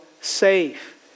safe